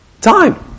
Time